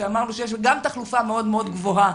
ואמרנו שיש גם תחלופה מאוד מאוד גבוהה